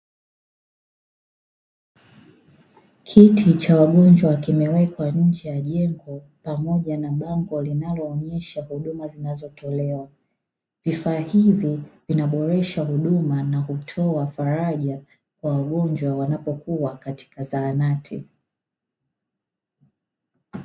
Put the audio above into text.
Kiti cha wagonjwa kimewekwa nje ya jengo pamoja na bango linaloonyesha bidhaa zinazotolewa, vifaa hivi vinaboresha huduma na hutoa faraja kwa wagonjwa wanapokuwa katika zahanati.